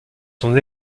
son